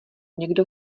někdo